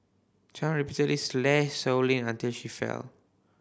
Chan repeatedly slashed Sow Lin until she fell